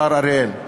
השר אריאל,